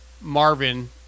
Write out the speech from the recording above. Marvin